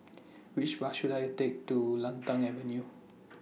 Which Bus should I Take to Lantana Avenue